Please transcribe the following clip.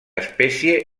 espècie